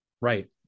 right